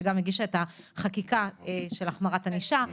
שגם הגישה את החקיקה של החמרת ענישה,